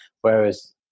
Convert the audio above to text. Whereas